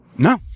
No